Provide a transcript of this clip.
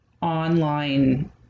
online